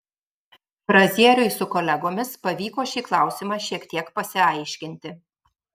frazieriui su kolegomis pavyko šį klausimą šiek tiek pasiaiškinti